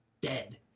dead